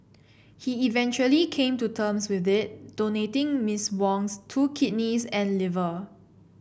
he eventually came to terms with it donating Miss Wong's two kidneys and liver